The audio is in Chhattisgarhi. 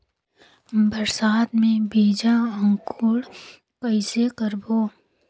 बरसात मे बीजा अंकुरण कइसे करबो?